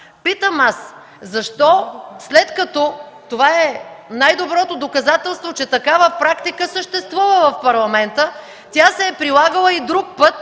Питам аз: защо след като това е най-доброто доказателство, че такава практика съществува в Парламента, тя се е прилагала и друг път,